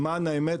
למען האמת,